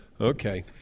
Okay